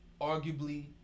arguably